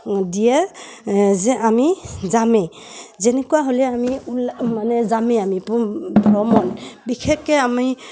দিয়ে যে আমি যামেই যেনেকুৱা হ'লে আমি ওলা মানে যামেই আমি ভ্ৰ ভ্ৰমণ বিশেষকৈ আমি